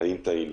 אם טעינו.